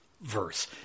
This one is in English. verse